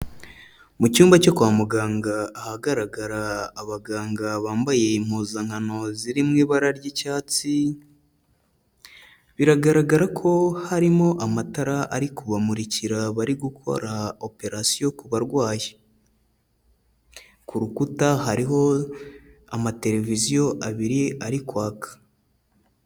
Mu cyumba cyo kwa muganga ahagaragara abaganga bambaye impuzankano ziri mu ibara ry'icyatsi, biragaragara ko harimo amatara ari kubamurikira bari gukora operation ku barwayi. Ku rukuta hariho amatereviziyo abiri ari kwaka.